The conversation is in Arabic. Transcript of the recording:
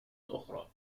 أخرى